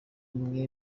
imwe